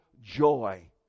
joy